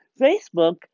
Facebook